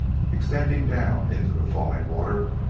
extending down into the falling water,